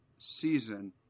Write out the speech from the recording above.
season